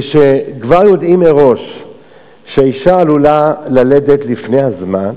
כשכבר יודעים מראש שהאשה עלולה ללדת לפני הזמן,